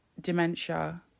dementia